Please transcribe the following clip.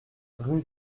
rue